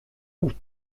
août